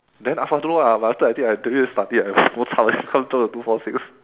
then I don't know lah after that I think I don't need to study I bo chup then become two four six